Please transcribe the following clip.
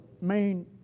main